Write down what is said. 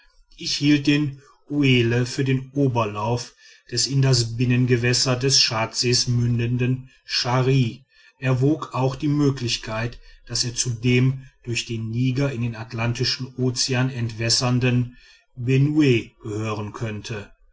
den uelle für den oberlauf des in das binnengewässer des tschadsees mündenden schari erwog auch die möglichkeit daß er zu dem durch den niger in den atlantischen ozean entwässernden benue gehören könnte